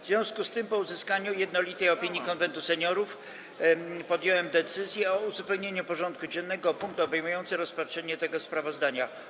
W związku z tym, po uzyskaniu jednolitej opinii Konwentu Seniorów, podjąłem decyzję o uzupełnieniu porządku dziennego o punkt obejmujący rozpatrzenie tego sprawozdania.